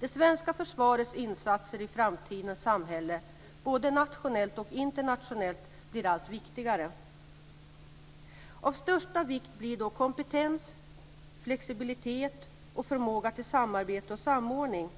Det svenska försvarets insatser i framtidens samhälle både nationellt och internationellt blir allt viktigare. Av största vikt blir då kompetens, flexibilitet och förmåga till samarbete och samordning.